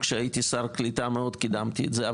כשהייתי שר הקליטה קידמתי את זה מאוד.